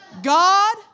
God